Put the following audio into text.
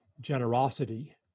generosity